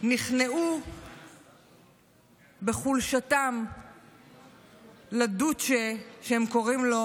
נכנעו בחולשתם לדוצ'ה שהם קוראים לו